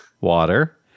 Water